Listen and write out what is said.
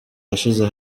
yashize